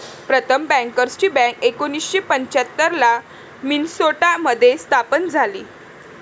प्रथम बँकर्सची बँक एकोणीसशे पंच्याहत्तर ला मिन्सोटा मध्ये स्थापन झाली